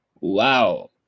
Wow